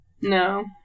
No